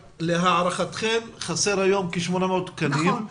להערכתם, חסרים היום כ-800 תקנים.